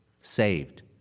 saved